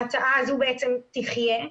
ההצעה הזו בעצם תחייה.